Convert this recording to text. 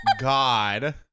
God